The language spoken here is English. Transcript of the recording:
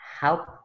help